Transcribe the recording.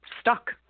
stuck